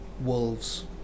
wolves